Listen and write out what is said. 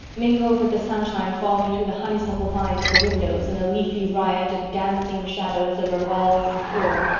mingled with the sunshine falling through the honeysuckle vines at the windows in a leafy riot of dancing shadows over walls and floor,